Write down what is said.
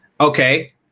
Okay